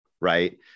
right